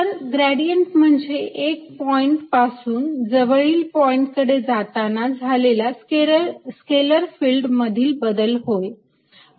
तर ग्रेडियंट म्हणजे एका पॉइंट पासून जवळील पॉइंट कडे जाताना झालेला स्केलर फिल्ड मधील बदल होय